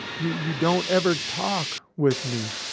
you you don't ever talk with me.